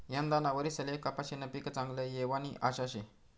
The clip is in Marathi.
यंदाना वरीसले कपाशीनं पीक चांगलं येवानी आशा शे